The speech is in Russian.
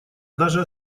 даже